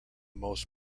most